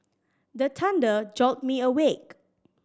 the thunder jolt me awake